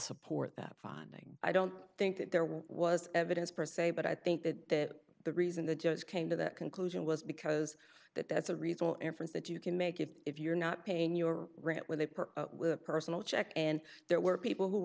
support that finding i don't think that there was evidence per se but i think that the reason the judge came to that conclusion was because that that's a reasonable inference that you can make if you're not paying your rent with a personal check and there were people who